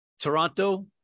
Toronto